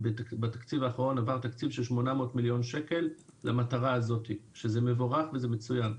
בתקציב האחרון עבר תקציב של 800 מלש"ח למטרה הזאת שזה מבורך וזה מצוין.